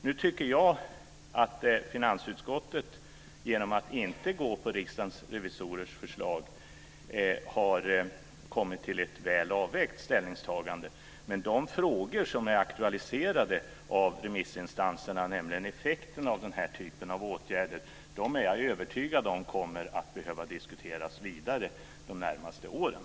Jag tycker att finansutskottet genom att inte gå på Riksdagens revisorers förslag har kommit fram till ett väl avvägt ställningstagande. Men jag är övertygad om att de frågor som är aktualiserade av remissinstanserna, som rör effekten av den här typen av åtgärder, kommer att behöva diskuteras vidare under de närmaste åren.